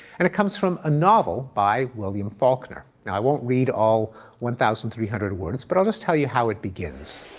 and it comes from a novel by william faulkner. now i won't read all one thousand three hundred words, but i'll just tell you how it begins.